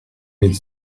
mille